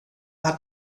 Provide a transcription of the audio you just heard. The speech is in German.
hat